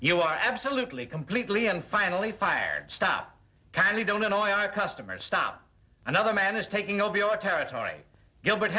you are absolutely completely and finally fired stop time we don't annoy our customers stop another man is taking over the our territory gilbert